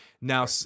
now